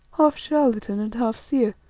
half charlatan and half seer